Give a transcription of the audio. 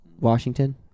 washington